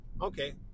okay